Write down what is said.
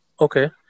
Okay